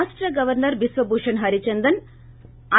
రాష్ట governor Biswabhusan Harichandan I